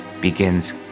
begins